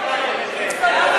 איבדת את זה לגמרי.